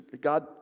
God